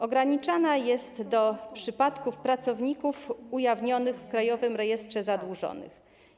Ograniczane jest to do pracowników ujawnionych w Krajowym Rejestrze Zadłużonych.